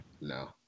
No